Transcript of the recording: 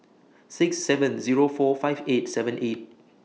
six seven Zero four five eight seven eight